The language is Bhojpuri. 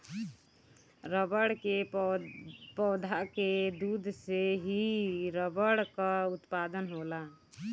रबड़ के पौधा के दूध से ही रबड़ कअ उत्पादन होला